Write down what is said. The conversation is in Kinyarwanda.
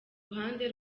ruhande